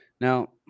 Now